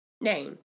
name